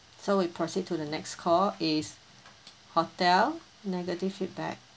so we proceed to the next call it is hotel negative feedback